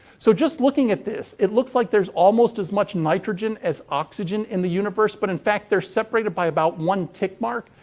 so, just looking at this, it looks like there's almost as much nitrogen as oxygen in the universe. but, in fact, they're separated by about one tick mark,